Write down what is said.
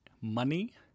money